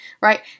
right